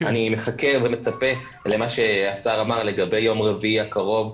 אני מחכה ומצפה למה שהשר אמר לגבי יום רביעי הקרוב,